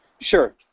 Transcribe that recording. Sure